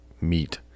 meet